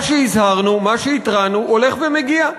מה שהזהרנו, מה שהתרענו, הולך ומגיע.